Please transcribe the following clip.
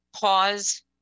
pause